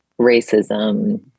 racism